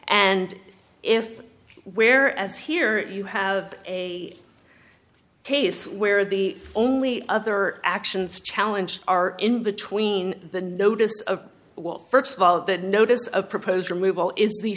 and if where as here you have a case where the only other actions challenge are in between the notice of well first of all that notice of proposed removal is the